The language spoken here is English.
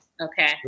okay